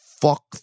fuck